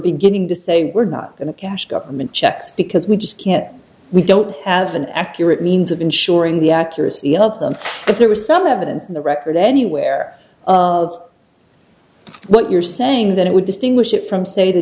beginning to say we're not going to cash government checks because we just can't we don't have an accurate means of ensuring the accuracy of them but there was some evidence in the record anywhere of what you're saying that it would distinguish it from say the